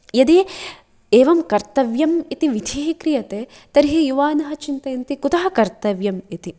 यदि एवं कर्तव्यम् इति विधिः क्रियते तर्हि युवानः चिन्तयन्ति कुतः कर्तव्यम् इति